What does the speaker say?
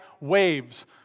waves